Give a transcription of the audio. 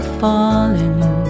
falling